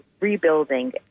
rebuilding